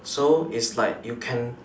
so is like you can